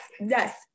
yes